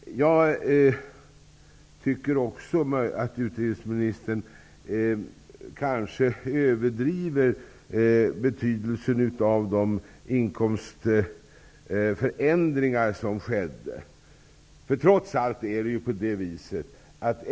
Jag tycker att utbildningsministern kanske överdriver betydelsen av de inkomstförändringar som har skett.